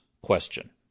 question